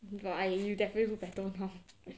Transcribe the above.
but you definitely look better now